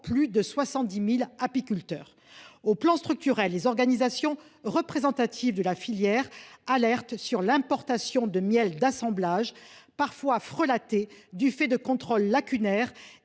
plus de 70 000 apiculteurs. Sur le plan structurel, les organisations représentatives de la filière alertent sur l’importation de miel d’assemblage qui est parfois frelaté et dont la provenance